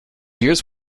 years